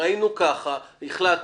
הכנה